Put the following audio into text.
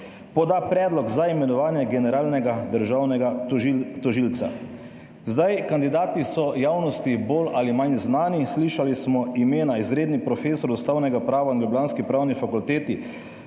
poda predlog za imenovanje generalnega državnega tožilca. Kandidati so javnosti bolj ali manj znani, slišali smo imena izr. prof. ustavnega prava na ljubljanski pravni fakulteti